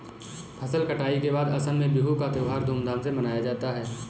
फसल कटाई के बाद असम में बिहू का त्योहार धूमधाम से मनाया जाता है